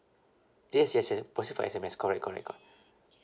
yes yes yes possible S_M_S correct correct correct